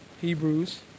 Hebrews